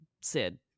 Sid